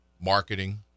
marketing